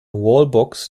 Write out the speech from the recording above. wallbox